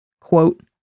quote